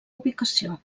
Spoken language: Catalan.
ubicació